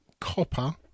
copper